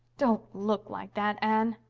don't look like that, anne.